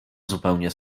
zupełnie